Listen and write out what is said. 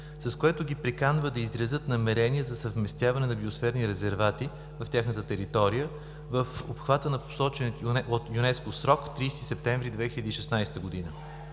с което ги приканват да изразят намерения за съвместяване на биосферни резервати в тяхната територия в обхвата на посочения от ЮНЕСКО срок – 30 септември 2016 г.